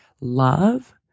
love